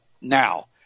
now